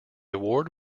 award